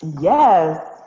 Yes